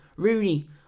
Rooney